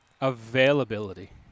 availability